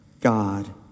God